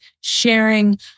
sharing